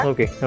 Okay